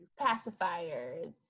pacifiers